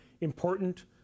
important